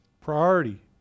priority